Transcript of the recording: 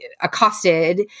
accosted